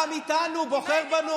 אין ספק בכלל,